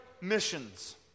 missions